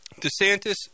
DeSantis